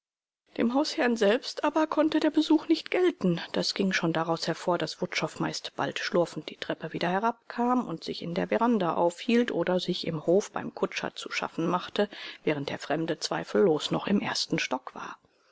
dem hausherrn selbst aber konnte der besuch nicht gelten das ging schon daraus hervor daß wutschow meist bald schlurfend die treppe wieder herabkam und sich in der veranda aufhielt oder sich im hof beim kutscher zu schaffen machte während der fremde zweifellos noch im ersten stock war